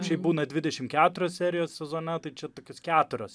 šiaip būna dvidešim keturios serijos sezone tai čia tokios keturios